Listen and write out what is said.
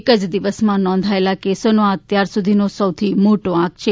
એક જ દિવસમાં નોંધાયેલા કેસોનો આ અત્યારસુધીનો સૌથી મોટો આંક છે